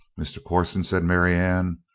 mr. corson, said marianne,